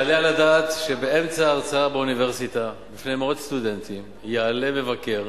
היעלה על הדעת שבאמצע הרצאה באוניברסיטה בפני מאות סטודנטים יעלה מבקר?